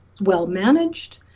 well-managed